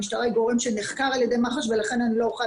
המשטרה היא גורם שנחקר על ידי מח"ש ולכן אני לא אוכל